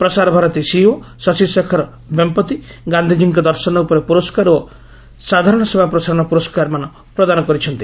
Prasar Bharati CEO Shashi Shekhar Vempati ଗାନ୍ଧିଜୀଙ୍କ ଦର୍ଶନ ଉପରେ ପୁରସ୍କାର ଓ ସାଧାରଣ ସେବା ପ୍ରସାରଣ ପୁରସ୍କାରମାନ ପ୍ରଦାନ କରିଛନ୍ତି